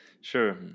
Sure